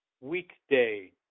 weekday